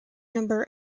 number